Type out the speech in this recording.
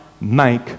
make